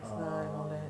(uh huh)